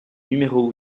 numéro